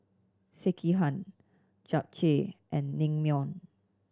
Sekihan Japchae and Naengmyeon